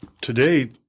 today